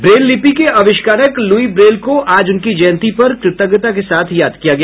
Braille लिपि के आविष्कारक लुई ब्रेल को आज उनकी जयंती पर कृतज्ञता के साथ याद किया गया